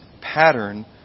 pattern